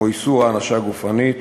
כמו איסור הענשה גופנית